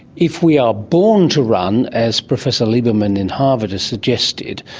if we are born to run, as professor lieberman in harvard has suggested,